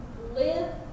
Live